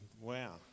wow